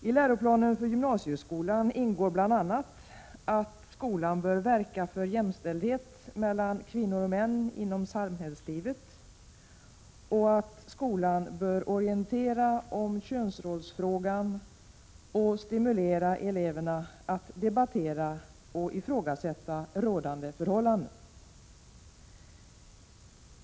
I läroplanen för gymnasieskolan ingår bl.a. att skolan bör verka för jämställdhet mellan kvinnor och män inom samhällslivet och att skolan bör orientera om könsrollsfrågan och stimulera eleverna att debattera och ifrågasätta rådande förhållanden.